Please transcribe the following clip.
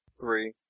Three